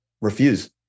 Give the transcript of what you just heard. refuse